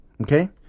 Okay